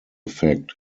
effect